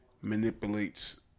manipulates